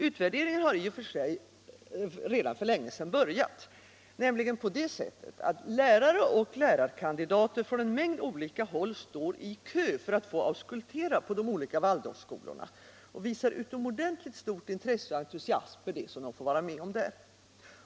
Utvärderingen har i och för sig redan för länge sedan börjat, nämligen på det sättet att lärare och lärarkandidater från en mängd olika håll står i kö för att få auskultera på de olika Waldorfskolorna och visar utomordentligt stort intresse och entusiasm för vad de där får vara med om.